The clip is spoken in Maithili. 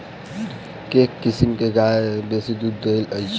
केँ किसिम केँ गाय बेसी दुध दइ अछि?